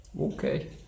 Okay